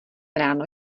ráno